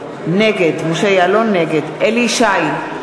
נגד אליהו ישי,